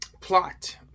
plot